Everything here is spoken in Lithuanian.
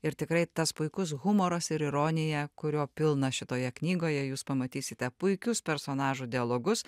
ir tikrai tas puikus humoras ir ironija kurio pilna šitoje knygoje jūs pamatysite puikius personažų dialogus